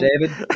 david